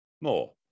More